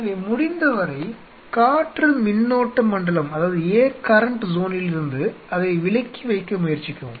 எனவே முடிந்தவரை காற்று மின்னோட்ட மண்டலத்திலிருந்து அதை விலக்கி வைக்க முயற்சிக்கவும்